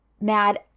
mad